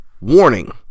Warning